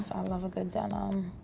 um love a good denim.